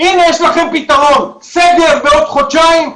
אם יש לכם פתרון סגר בעוד חודשיים,